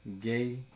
gay